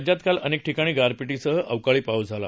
राज्यात काल अनेक भागात गारपीटीसह अवकाळी पाऊस झाला